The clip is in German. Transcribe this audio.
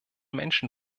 menschen